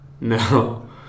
No